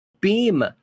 beam